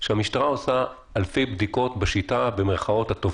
הוא שהמשטרה עושה אלפי בדיקות בשיטה הטובה